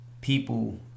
people